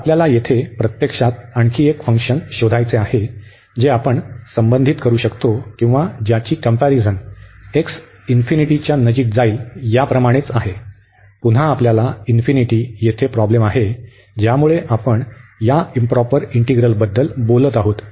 तर आपल्याला येथे प्रत्यक्षात आणखी एक फंक्शन शोधायचे आहे जे आपण संबंधित करू शकतो किंवा ज्याची कंम्पॅरिझन x इन्फिनिटीच्या नजिक जाईल याप्रमाणेच आहे पुन्हा आपल्याला इन्फिनिटी येथे प्रॉब्लेम आहे ज्यामुळे आपण या इंप्रॉपर इंटीग्रलबद्दल बोलत आहोत